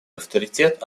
авторитет